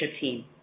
team